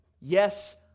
Yes